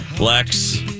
Lex